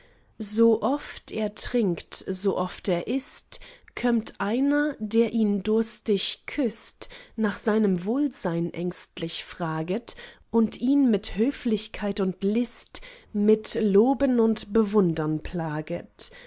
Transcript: kommen sooft er trinkt sooft er ißt kömmt einer der ihn durstig küßt nach seinem wohlsein ängstlich fraget und ihn mit höflichkeit und list mit loben und bewundern plaget